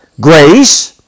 grace